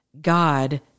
God